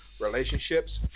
relationships